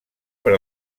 per